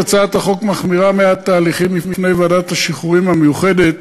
הצעת החוק מחמירה מעט את ההליכים בפני ועדת השחרורים המיוחדת